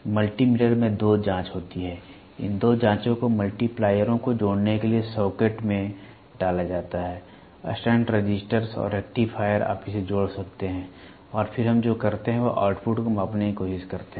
multi metre में दो जांच होती हैं इन दो जांचों को मल्टीप्लायरों को जोड़ने के लिए सॉकेट में डाला जाता है स्टंट रेसिस्टर्स और रेक्टिफायर आप इसे जोड़ सकते हैं और फिर हम जो करते हैं वह आउटपुट को मापने की कोशिश करते हैं